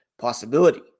possibility